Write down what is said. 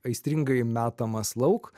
aistringai metamas lauk